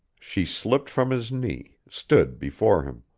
she slipped from his knee, stood before him.